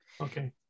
Okay